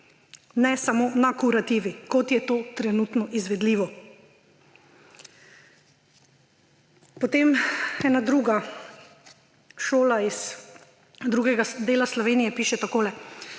ne samo na kurativi, kot je to trenutno izvedljivo. Potem ena druga šola iz drugega dela Slovenije piše takole.